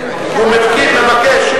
ל-2011.